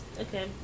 Okay